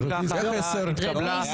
ההצעה התקבלה.